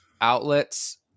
outlets